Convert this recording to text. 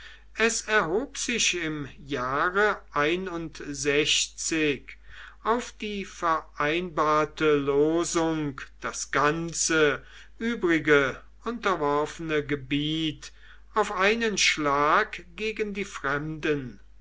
es erhob sich im jahre auf die vereinbarte losung das ganze übrige unterworfene gebiet auf einen schlag gegen die fremden